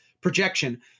projection